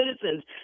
citizens